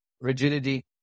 rigidity